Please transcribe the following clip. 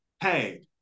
hey